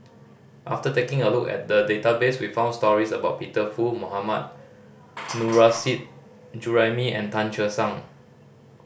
after taking a look at the database we found stories about Peter Fu Mohammad Nurrasyid Juraimi and Tan Che Sang